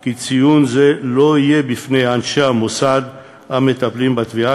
כי ציון זה לא יהיה בפני אנשי המוסד המטפלים בתביעה,